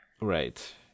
Right